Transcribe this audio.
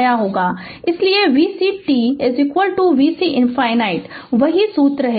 इसलिए vc t vc ∞ वही सूत्र